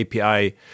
API